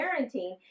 parenting